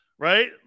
right